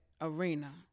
arena